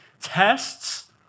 Tests